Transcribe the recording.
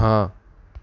ہاں